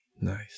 Nice